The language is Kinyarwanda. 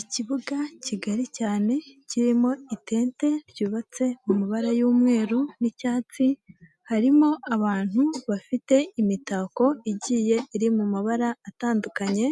Ikibuga kigari cyane kirimo itente ryubatse mu mabara y'umweru n'icyatsi, harimo abantu bafite imitako igiye iri mu mabara atandukanye,